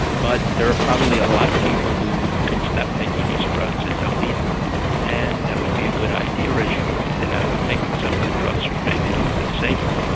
but there are probably a lot of people who could stop taking these drugs and don't need them and that would be a good idea, as you pointed out, or taking some of the drugs which may be a little bit safer.